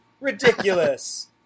Ridiculous